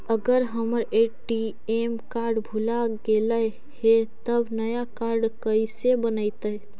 अगर हमर ATM card भुला गैलै हे तब नया काड कइसे बनतै?